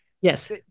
Yes